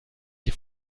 die